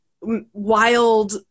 wild